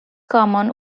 common